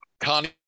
Connie